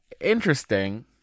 interesting